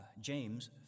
James